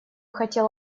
хотел